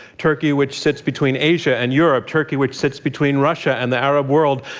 turkey, which sits between asia and europe turkey, which sits between russia and the arab world.